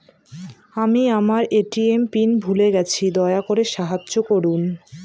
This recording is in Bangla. আমি আমার এ.টি.এম পিন ভুলে গেছি, দয়া করে সাহায্য করুন